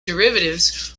derivatives